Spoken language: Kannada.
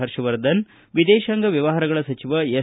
ಪರ್ಷವರ್ಧನ್ ವಿದೇಶಾಂಗ ವ್ಯವಹಾರಗಳ ಸಚಿವ ಎಸ್